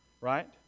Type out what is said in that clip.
Right